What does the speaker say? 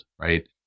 right